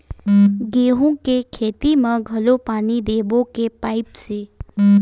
गेहूं के खेती म घोला पानी देबो के पाइप से?